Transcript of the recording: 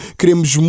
queremos